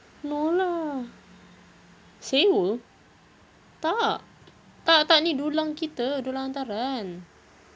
no lah sewa tak tak tak ni dulang kita dulang hantaran